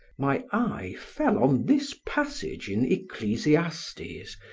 my eye fell on this passage in ecclesiastes,